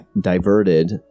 diverted